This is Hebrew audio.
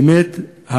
באמת,